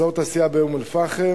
אזור התעשייה באום-אל-פחם,